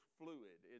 fluid